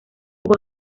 jugó